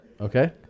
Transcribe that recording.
Okay